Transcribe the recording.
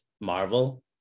marvel